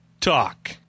talk